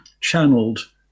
channeled